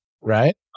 Right